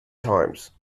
times